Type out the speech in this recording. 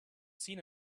seen